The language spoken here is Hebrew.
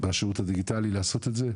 בשירות הדיגיטלי לעשות את זה.